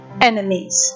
enemies